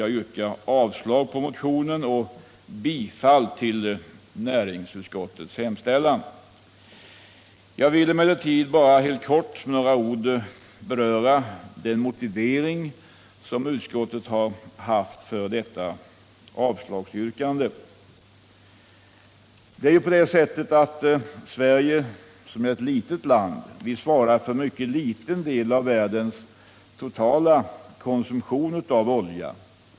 Jag yrkar avslag på motionen och bifall till näringsutskottets hemställan i betänkandet. Jag vill emellertid helt kort beröra utskottets motivering för avslagsyrkandet. Sverige som är ett litet land svarar för en mycket liten del av världens totala konsumtion av olja.